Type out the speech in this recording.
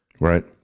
Right